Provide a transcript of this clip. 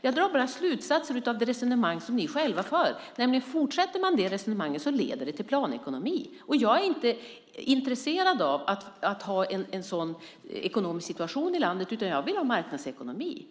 Jag drar bara slutsatser av det resonemang som ni själva för. Om man fortsätter det resonemanget leder det till planekonomi. Jag är inte intresserad av att ha en sådan ekonomisk situation i landet. Jag vill ha marknadsekonomi.